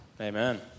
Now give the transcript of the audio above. Amen